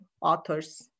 authors